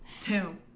Two